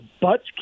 butts